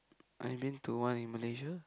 I been to one in Malaysia